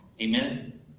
Amen